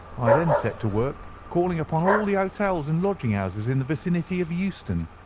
i then set to work calling upon all the hotels and lodging-houses in the vicinity of euston.